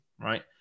right